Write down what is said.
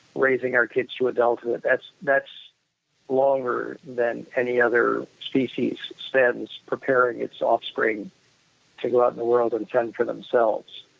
raising our kids to adulthood. that's that's longer than any other species spends preparing its offspring to go out in the world and fend for themselves.